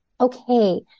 okay